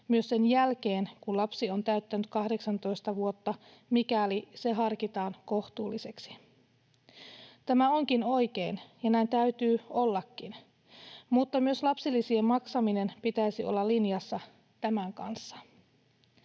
myös sen jälkeen, kun lapsi on täyttänyt 18 vuotta, mikäli se harkitaan kohtuulliseksi. Tämä onkin oikein ja näin täytyy ollakin, mutta myös lapsilisien maksaminen pitäisi olla linjassa tämän kanssa.